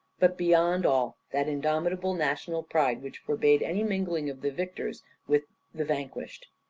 but beyond all, that indomitable national pride which forbade any mingling of the victors with the vanquished.